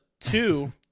two